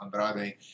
Andrade